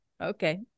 Okay